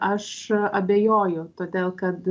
aš abejoju todėl kad